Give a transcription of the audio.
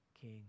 king